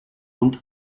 und